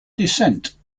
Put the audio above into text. descent